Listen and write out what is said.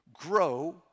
Grow